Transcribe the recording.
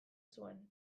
zuen